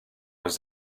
was